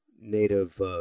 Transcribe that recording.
native